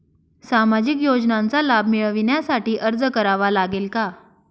सामाजिक योजनांचा लाभ मिळविण्यासाठी अर्ज करावा लागेल का?